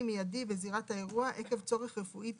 מיידי בזירת האירוע עקב צורך רפואי פתאומי;"